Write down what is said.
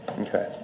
Okay